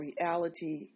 reality